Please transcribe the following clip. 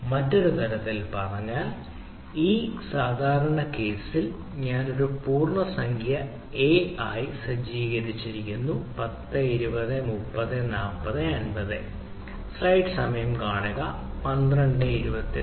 മറ്റൊരു തരത്തിൽ പറഞ്ഞാൽ ഈ സാധാരണ കേസിൽ ഞാൻ ഒരു പൂർണ്ണസംഖ്യ A ആയി സജ്ജീകരിച്ചിരിക്കുന്നു 10 20 30 40 50